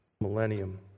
millennium